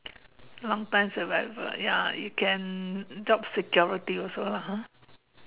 long time survival ya you can job security also lah [huh]